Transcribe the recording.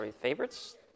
favorites